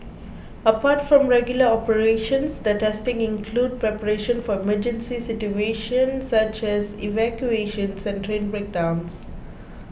apart from regular operations the testing includes preparation for emergency situations such as evacuations and train breakdowns